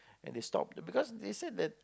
and they stop because they said that